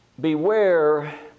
Beware